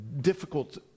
difficult